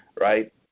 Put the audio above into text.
right